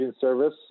service